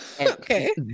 okay